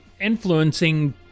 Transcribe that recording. influencing